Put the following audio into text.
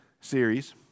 series